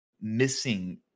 missing